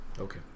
Okay